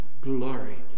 glory